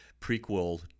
prequel